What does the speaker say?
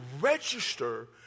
register